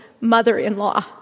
mother-in-law